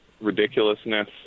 ridiculousness